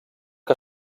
que